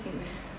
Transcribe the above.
mmhmm